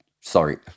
Sorry